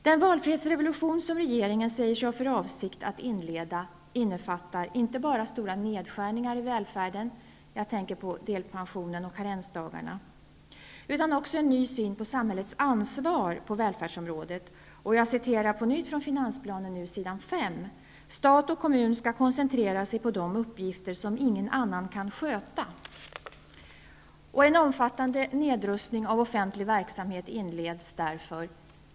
Den valfrihetsrevolution som regeringen säger sig ha för avsikt att inleda innefattar inte bara stora nedskärningar i välfärden -- jag tänker på delpensionen och karensdagarna -- utan också en ny syn på samhällets ansvar på välfärdsområdet. Jag citerar på nytt ur finansplanen, s. 5: ''Stat och kommun skall koncentrera sig på de uppgifter som ingen annan kan sköta''. En omfattande nedrustning av offentlig verksamhet inleds därför.